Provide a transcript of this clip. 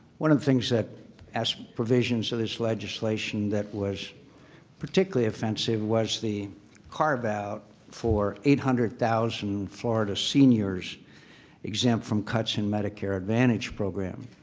one of the things that as provisions of this legislation that was particularly offensive was the carveout for eight hundred thousand florida seniors exempt from cuts in medicare advantage program.